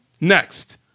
Next